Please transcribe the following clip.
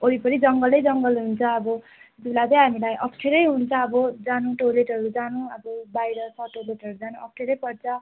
वरिपरि जङ्गलै जङ्गल हुन्छ अब त्यतिबेला चाहिँ हामीलाई अप्ठ्यारै हुन्छ अब जानु टोइलेटहरू जानु अब बाहिर सर्ट टोइलेटहरू जानु अप्ठ्यारै पर्छ